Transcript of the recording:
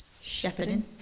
shepherding